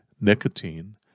nicotine